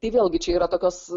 tai vėlgi čia yra tokios